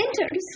enters